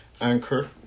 Anchor